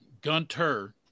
Gunter